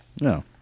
No